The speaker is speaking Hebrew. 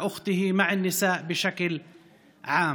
אחותו והנשים באופן כללי.